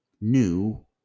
new